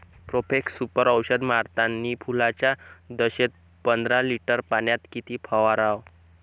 Profex Super औषध मारतानी फुलाच्या दशेत पंदरा लिटर पाण्यात किती फवाराव?